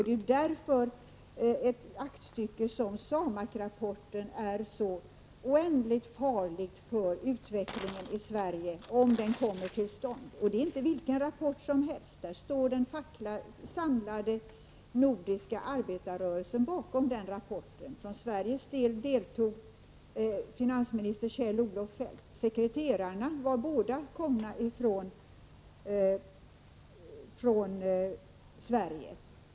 Det är därför ett aktstycke som SAMAK-rapporten är så oändligt farligt för utvecklingen i Sverige, om den skulle genomföras. Det är inte vilken rapport som helstden samlade nordiska arbetarrörelsen står bakom den. För Sveriges del deltog finansminister Kjell-Olof Feldt, och sekreterarna var båda komna från Sverige.